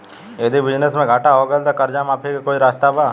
यदि बिजनेस मे घाटा हो गएल त कर्जा माफी के कोई रास्ता बा?